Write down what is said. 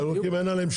על הירוקים אין שליטה.